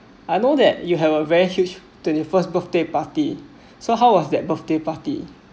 I know that you have a very huge twenty first birthday party so how was that birthday party